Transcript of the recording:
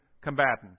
combatant